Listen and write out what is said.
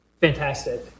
fantastic